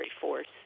force